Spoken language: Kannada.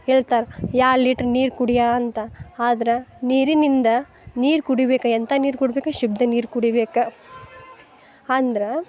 ಹೇಳ್ತಾರೆ ಎರಡು ಲೀಟರ್ ನೀರು ಕುಡಿಯಾ ಅಂತ ಆದ್ರೆ ನೀರಿನಿಂದ ನೀರು ಕುಡಿಬೇಕು ಎಂತ ನೀರು ಕುಡಿಯಬೇಕು ಶುದ್ಧ ನೀರು ಕುಡಿಬೇಕು ಅಂದ್ರೆ